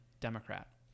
Democrat